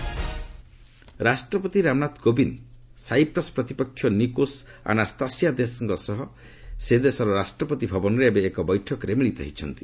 ପ୍ରେଜ୍ ସାଇପ୍ରସ୍ ରାଷ୍ଟ୍ରପତି ରାମନାଥ କୋବିନ୍ଦ୍ ସାଇପ୍ରସ୍ ପ୍ରତିପକ୍ଷ ନିକୋସ୍ ଆନାସ୍ଥାସିଆଦେଶଙ୍କ ସହ ସେ ଦେଶର ରାଷ୍ଟ୍ରପତି ଭବନରେ ଏବେ ଏକ ବୈଠକରେ ମିଳିତ ହୋଇଛନ୍ତି